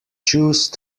chose